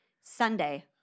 Sunday